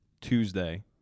Tuesday